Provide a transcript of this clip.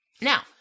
Now